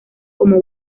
como